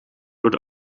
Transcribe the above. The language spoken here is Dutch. wordt